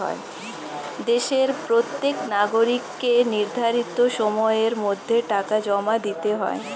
দেশের প্রত্যেক নাগরিককে নির্ধারিত সময়ের মধ্যে টাকা জমা দিতে হয়